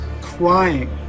crying